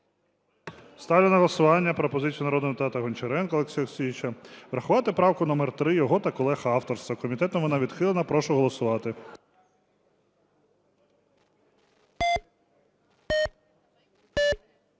Ставлю на голосування пропозицію народного депутата Гончаренка Олексія Олексійовича врахувати правку номер 3 його та колег авторства. Комітетом вона відхилена. Прошу голосувати.